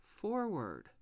forward